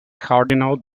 cardinal